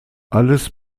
alles